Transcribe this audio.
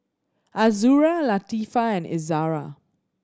Azura Latifa and Izzara